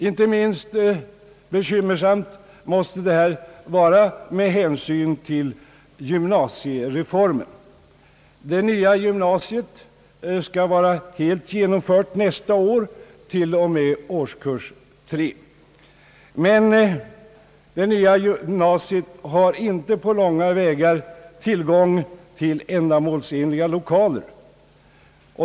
Inte minst bekymmersamt måste detta vara med hänsyn till gymnasiereformen. Det nya gymnasiet skall nästa år vara helt genomfört till och med årskurs 3, men har inte på långa vägar tillgång till ändamålsenliga lokaler.